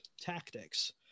tactics